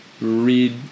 read